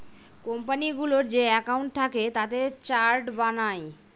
কোম্পানিগুলোর যে একাউন্ট থাকে তাতে চার্ট বানায়